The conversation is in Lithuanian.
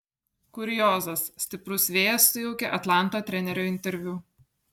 kuriozas stiprus vėjas sujaukė atlanto trenerio interviu